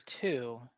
two